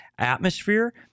atmosphere